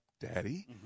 Daddy